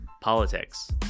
politics